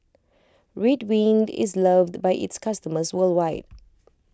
Ridwind is loved by its customers worldwide